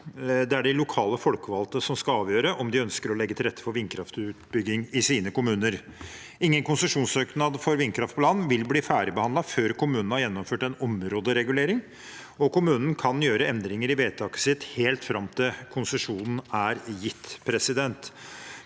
det er de lokale folkevalgte som skal avgjøre om de ønsker å legge til rette for vindkraftutbygging i sine kommuner. Ingen konsesjonssøknader for vindkraft på land vil bli ferdigbehandlet før kommunene har gjennomført en områderegulering, og kommunen kan gjøre endringer i vedtaket sitt helt fram til konsesjonen er gitt. Det